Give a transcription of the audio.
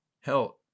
hell